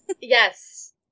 Yes